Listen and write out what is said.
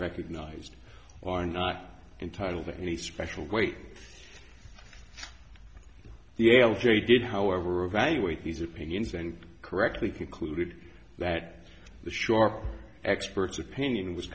recognised are not entitled to any special weight the a l j did however evaluate these opinions and correctly concluded that the sharp expert's opinion was